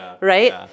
right